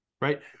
Right